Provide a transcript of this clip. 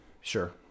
Sure